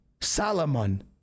Salomon